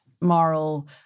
moral